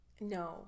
No